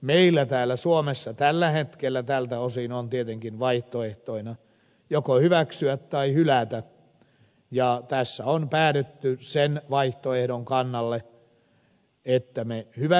meillä täällä suomessa tällä hetkellä tältä osin on tietenkin vaihtoehtoina joko hyväksyä tai hylätä ja tässä on päädytty sen vaihtoehdon kannalle että me hyväksymme